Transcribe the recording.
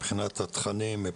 מבחינת התכנים?